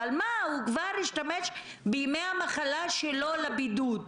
אבל הוא כבר השתמש בימי המחלה שלו לבידוד.